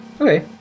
Okay